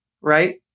right